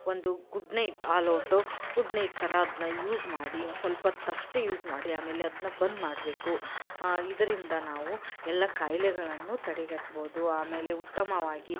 ಒಂದು Good Knight All Out Good Knight ಥರ ಅದನ್ನ ಯೂಸ್ ಮಾಡಿ ಒಂದು ಸ್ವಲ್ಪ ಹೊತ್ ಅಷ್ಟೇ ಯೂಸ್ ಮಾಡಿ ಆಮೇಲೆ ಅದನ್ನ ಬಂದ್ ಮಾಡಬೇಕು ಇದರಿಂದ ನಾವು ಎಲ್ಲ ಖಾಯಿಲೆಗಳನ್ನು ತಡೆಗಟ್ಬೋದು ಆಮೇಲೆ ಉತ್ತಮವಾಗಿ